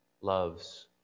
loves